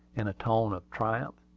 in a tone of triumph.